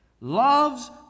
loves